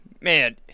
man